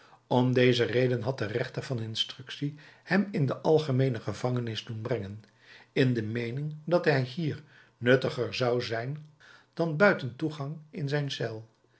om deze reden had de rechter van instructie hem in de algemeene gevangenis doen brengen in de meening dat hij hier nuttiger zou zijn dan buiten toegang in zijn cel